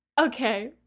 Okay